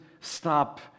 stop